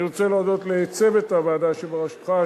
אני רוצה להודות לצוות הוועדה שבראשותך,